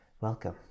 welcome